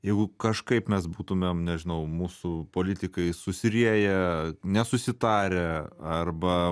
jeigu kažkaip mes būtumėm nežinau mūsų politikai susirieję nesusitarę arba